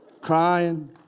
Crying